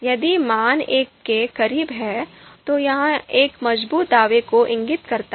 यदि मान एक के करीब है तो यह एक मजबूत दावे को इंगित करता है